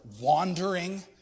wandering